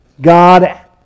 God